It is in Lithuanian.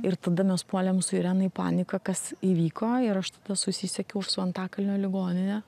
ir tada mes puolėm su irena į paniką kas įvyko ir aš tada susisiekiau su antakalnio ligonine